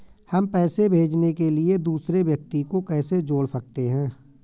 हम पैसे भेजने के लिए दूसरे व्यक्ति को कैसे जोड़ सकते हैं?